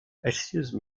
excuse